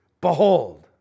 Behold